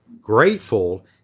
Grateful